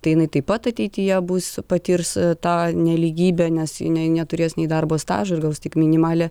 tai jinai taip pat ateityje bus patirs tą nelygybę nes jinai neturės nei darbo stažo ir gaus tik minimalią